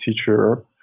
teacher